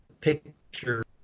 picture